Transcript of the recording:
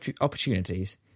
opportunities